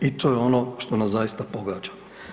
I to je ono što nas zaista pogađa.